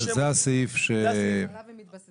זה הסעיף שעליו הם מתבססים.